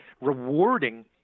rewarding